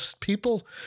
people